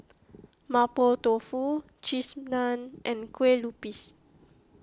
Mapo Tofu Cheese Naan and Kue Lupis